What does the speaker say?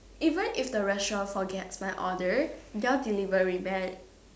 even if the restaurant forgets my order your delivery man